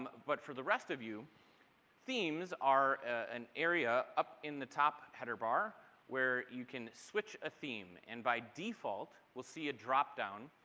but for the rest of you themes are an area up in the top header bar where you can switch a theme and by default we'll see a drop down.